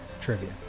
trivia